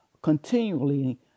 continually